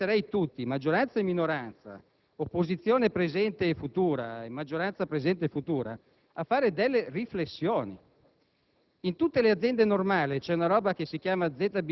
un ordine di grandezza. Vorrei invitare tutti, maggioranza e minoranza, opposizione presente e futura, maggioranza presente e futura, a fare delle riflessioni.